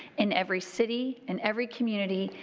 in every city, and every community,